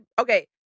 okay